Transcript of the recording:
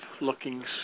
looking